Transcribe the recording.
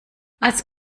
als